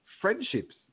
friendships